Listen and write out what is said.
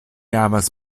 havas